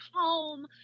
home